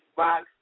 box